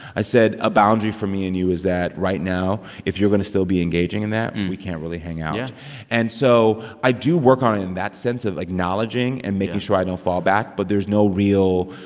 i said, a boundary for me and you is that, right now, if you're going to still be engaging in that, we can't really hang out yeah and so i do work on it in that sense of acknowledging. yeah. and making sure i don't fall back. but there's no real,